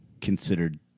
considered